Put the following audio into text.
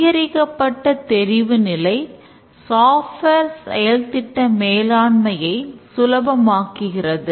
அதிகரிக்கப்பட்ட தெரிவுநிலை சாஃப்ட்வேர் செயல்திட்ட மேலாண்மையை சுலபமாக்குகிறது